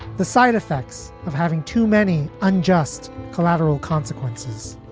the side effects of having too many unjust collateral consequences.